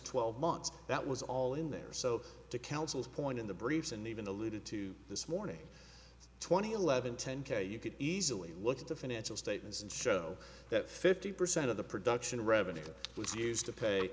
twelve months that was all in there so the council's point in the briefs and even alluded to this morning twenty eleven ten k you could easily look at the financial statements and show that fifty percent of the production revenue was used to pay